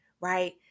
right